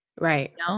Right